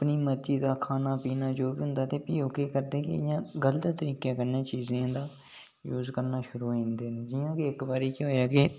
अपनी मर्जी दा खाना पीना जो बी होंदा ऐ फ्ही ओह् के हुंदा के गल्त तरिके कन्नै चीज़ा दा यूज़ करना शुरू होई जंदे न जि'यां के इक बारी के होआ के